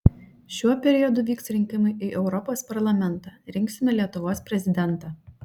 šiuo periodu vyks rinkimai į europos parlamentą rinksime lietuvos prezidentą